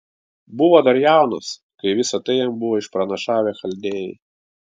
buvo dar jaunas kai visa tai jam buvo išpranašavę chaldėjai